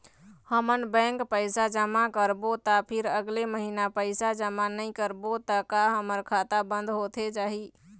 हमन बैंक पैसा जमा करबो ता फिर अगले महीना पैसा जमा नई करबो ता का हमर खाता बंद होथे जाही?